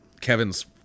Kevin's